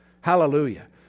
Hallelujah